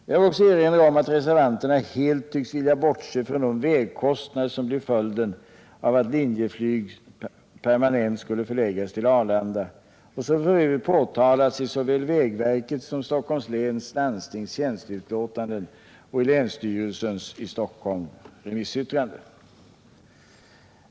Jag vill också erinra om att reservanterna helt tycks vilja bortse från de vägkostnader som blir följden av att Linjeflyg permanent förläggs till Arlanda och som f. ö. påtalats i såväl vägverkets som Stockholms läns landstings tjänsteutlåtanden och i länsstyrelsens i Stockholm remissyttrande.